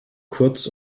kurz